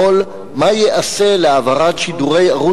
אין לי בעיה.